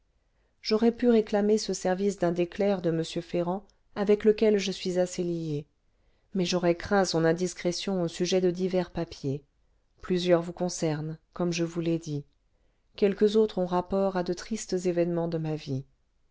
j'aurais pu réclamer ce service d'un des clercs de m ferrand avec lequel je suis assez lié mais j'aurais craint son indiscrétion au sujet de divers papiers plusieurs vous concernent comme je vous l'ai dit quelques autres ont rapport à de tristes événements de ma vie